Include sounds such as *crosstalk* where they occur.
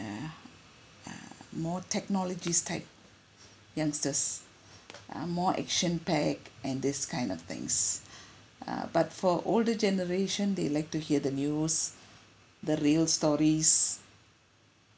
err more technologies type youngsters ah more action packed and this kind of things *breath* uh but for older generation they like to hear the news the real stories